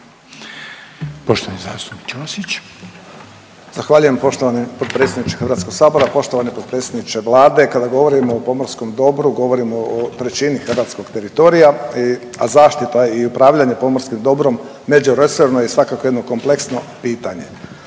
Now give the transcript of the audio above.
Ćosić. **Ćosić, Pero (HDZ)** Zahvaljujem poštovani potpredsjedniče Hrvatskog sabora. Poštovani potpredsjedniče Vlade, kada govorimo o pomorskom dobru govorimo o trećini hrvatskog teritorija, a zaštita i upravljanje pomorskim dobrom međuresorno je svakako jedno kompleksno pitanje.